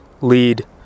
lead